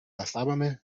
pasábame